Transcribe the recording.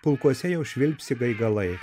pulkuose jau švilpsi gaigalai